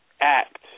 act